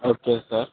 okay sir